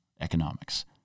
economics